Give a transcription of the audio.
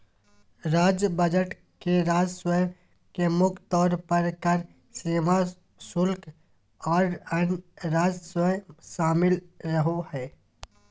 राज्य बजट के राजस्व में मुख्य तौर पर कर, सीमा शुल्क, आर अन्य राजस्व शामिल रहो हय